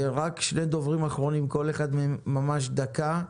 שני דוברים אחרונים, כל אחד ממש דקה,